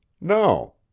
No